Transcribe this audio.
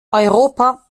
europa